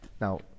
Now